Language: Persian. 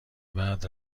بعد